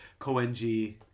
Koenji